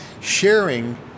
sharing